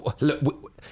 look